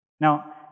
Now